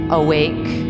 awake